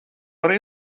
arī